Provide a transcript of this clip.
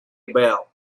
about